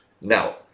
Now